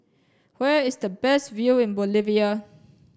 where is the best view in Bolivia